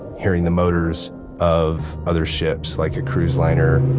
hearing the motors of other ships, like a cruise liner,